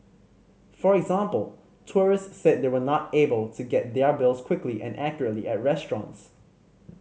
for example tourists said they were not able to get their bills quickly and accurately at restaurants